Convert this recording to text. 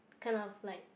kind of like